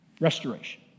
restoration